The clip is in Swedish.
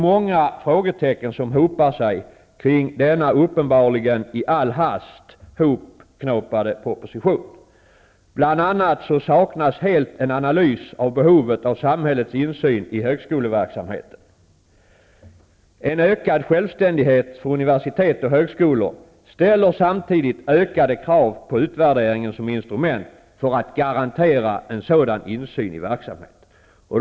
Många frågetecken hopar sig kring denna uppenbarligen i all hast hopknåpade proposition. Bl.a. saknas helt en analys av behovet av samhällets insyn i högskoleverksamheten. En ökad självständighet för universitet och högskolor ställer samtidigt ökade krav på utvärderingen som instrument för att garantera nämnda insyn i verksamheten.